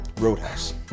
Roadhouse